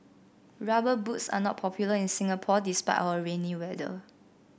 rubber boots are not popular in Singapore despite our rainy weather